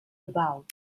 about